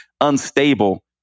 unstable